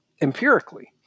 empirically